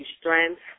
strength